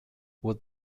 would